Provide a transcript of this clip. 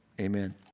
amen